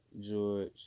George